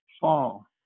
fall